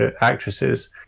actresses